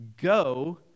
go